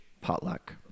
potluck